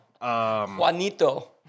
Juanito